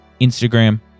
Instagram